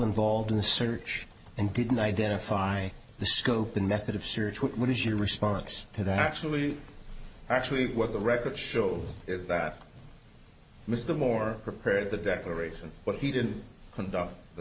involved in the search and didn't identify the scope and method of spiritual what is your response to that actually actually what the record shows is that mr moore prepared the declaration but he didn't conduct the